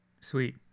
sweet